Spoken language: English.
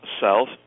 south